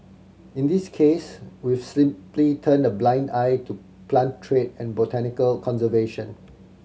in this case we've simply turned a blind eye to plant trade and botanical conservation